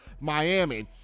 Miami